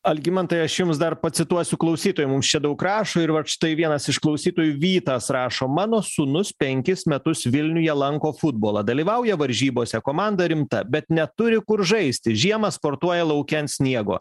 algimantai aš jums dar pacituosiu klausytojų mums čia daug rašo ir vat štai vienas iš klausytojų vytas rašo mano sūnus penkis metus vilniuje lanko futbolą dalyvauja varžybose komanda rimta bet neturi kur žaisti žiemą sportuoja lauke ant sniego